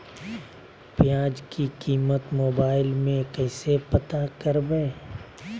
प्याज की कीमत मोबाइल में कैसे पता करबै?